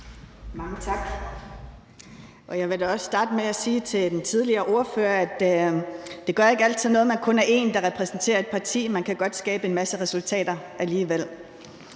Mange tak. Jeg vil starte med at sige til den tidligere ordfører, at det ikke altid gør noget, at man kun er én til at repræsentere et parti; man kan godt skabe en masse resultater alligevel.